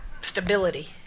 stability